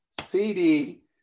CD